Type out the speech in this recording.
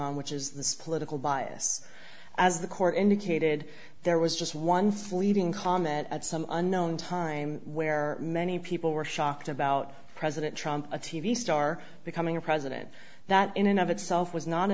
on which is this political bias as the court indicated there was just one fleeting comment at some unknown time where many people were shocked about president trump a t v star becoming a president that in and of itself